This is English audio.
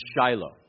Shiloh